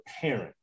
parent